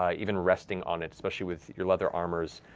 ah even resting on it, especially with your leather armors,